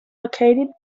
located